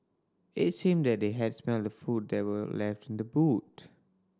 it seemed that they had smelt the food that were left in the boot